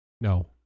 No